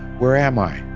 where am i?